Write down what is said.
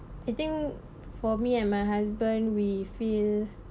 I think for me and my husband we feel